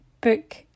book